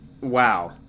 Wow